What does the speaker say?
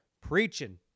preaching